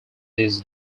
this